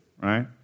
right